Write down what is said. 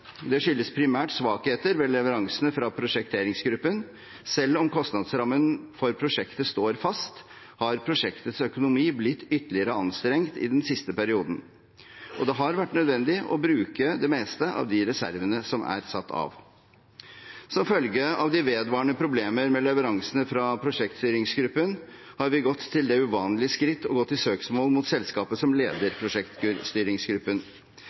Det skyldes primært svakheter ved leveransene fra prosjekteringsgruppen. Selv om kostnadsrammen for prosjektet står fast, har prosjektets økonomi blitt ytterligere anstrengt i den siste perioden, og det har vært nødvendig å bruke det meste av de reservene som er satt av. Som følge av de vedvarende problemene med leveransene fra prosjekteringsgruppen har vi gått til det uvanlige skritt å gå til søksmål mot selskapet som